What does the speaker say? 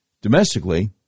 domestically